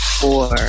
four